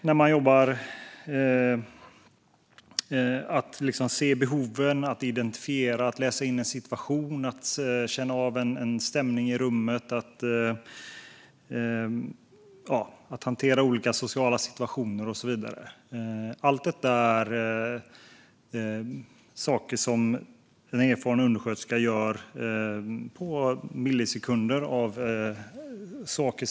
Det handlar om att se och identifiera behoven, att läsa in en situation och känna av en stämning i rummet, att hantera olika sociala situationer och så vidare. Allt detta är saker som en erfaren undersköterska gör på millisekunder.